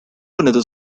another